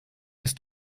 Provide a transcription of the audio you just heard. ist